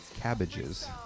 cabbages